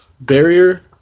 barrier